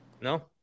No